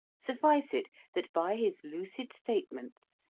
suffice it, that by his lucid statements,